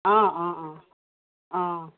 অঁ অঁ অঁ অঁ